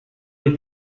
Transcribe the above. les